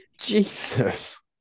Jesus